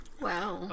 Wow